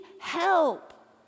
help